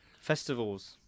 festivals